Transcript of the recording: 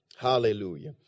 Hallelujah